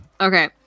Okay